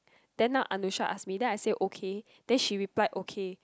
then now Anusha ask me then I say okay then she reply okay